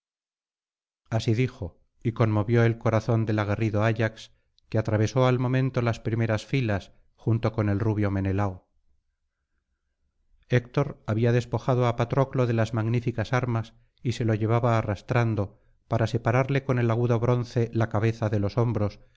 así dijo y conmovió el corazón del aguerrido ayax que atravesó al momento las primeras filas junto con el rubio menelao héctor había despojado á patroclo de las magníficas armas y se lo llevaba arrastrando para separarle con el agudo bronce la cabeza de los hombros